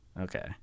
okay